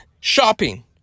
Shopping